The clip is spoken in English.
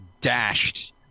dashed